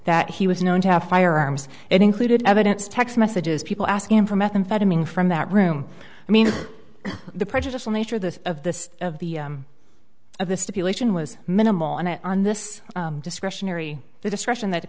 that he was known to have firearms it included evidence text messages people asking him for methamphetamine from that room i mean the prejudicial nature of the of the of the of the stipulation was minimal on it on this discretionary the discretion that